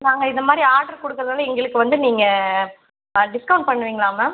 நாங்கள் இத மாதிரி ஆர்டர் கொடுக்குறது வந்து எங்களுக்கு வந்து நீங்கள் டிஸ்கவுண்ட் பண்ணுவீங்களா மேம்